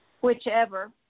whichever